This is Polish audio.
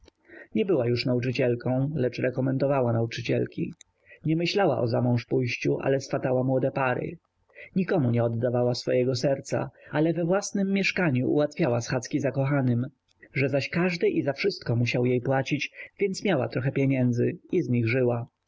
nie była już nauczycielką ale rekomendowała nauczycielki nie myślała o zamążpójściu ale swatała młode pary nikomu nie oddawała swego serca ale we własnem mieszkaniu ułatwiała schadzki zakochanym że zaś każdy i za wszystko musiał jej płacić więc miała trochę pieniędzy i